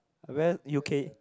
I wear U_K